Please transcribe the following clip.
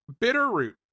Bitterroot